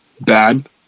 bad